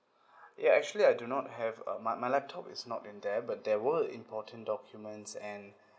ya actually I do not have uh my my laptop is not in there but there were important documents and